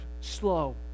slow